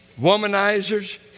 womanizers